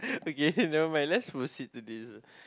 okay never mind let's proceed to this